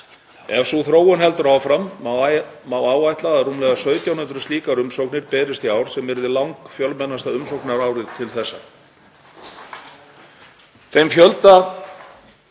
Ef sú þróun heldur áfram má áætla að rúmlega 1.700 slíkar umsóknir berist í ár sem yrði langfjölmennasta umsóknarárið til þessa.